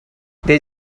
they